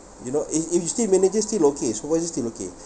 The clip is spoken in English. you know if if you still manager still okay supervisor still okay